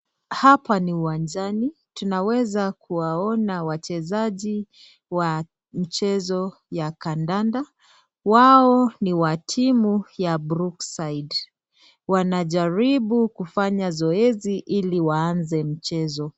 Hapa ni uwanjani, tunaweza kuwaona wachezaji wa mchezo ya kandanda, wao ni wa timu ya brookside, wanajaribu kufanya zoezi ili waanze mchezo.